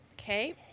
okay